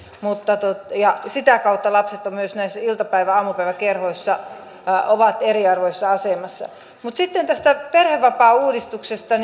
sitä kautta lapset ovat myös näissä iltapäivä aamupäiväkerhoissa eriarvoisessa asemassa sitten tästä perhevapaauudistuksesta